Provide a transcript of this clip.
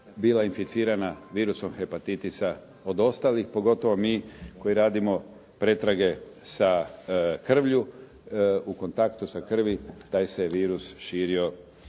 bila inficirana virusom hepatitisa pogotovo mi koji radimo pretrage sa krvlju. U kontaktu sa krvi taj se virus širio